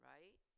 Right